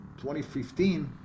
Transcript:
2015